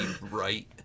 right